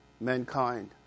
mankind